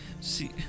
See